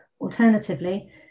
Alternatively